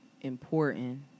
important